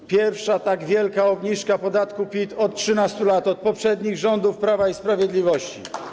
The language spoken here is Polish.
To pierwsza tak wielka obniżka podatku PIT od 13 lat, od poprzednich rządów Prawa i Sprawiedliwości.